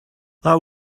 that